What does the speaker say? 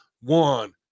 one